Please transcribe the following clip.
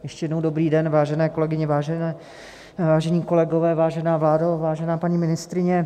Ještě jednou dobrý den, vážené kolegyně, vážení kolegové, vážená vládo, vážená paní ministryně.